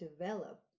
develop